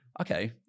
okay